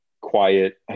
quiet